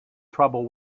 trouble